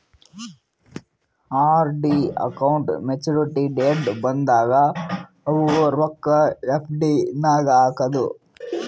RD account maturity date ಬಂದಾಗ ಅವು ರೊಕ್ಕಾ ಎಫ್.ಡಿ ನಾಗ್ ಹಾಕದು